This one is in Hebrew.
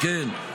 כן.